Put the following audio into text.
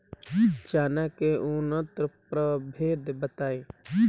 चना के उन्नत प्रभेद बताई?